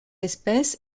espèce